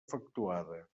efectuada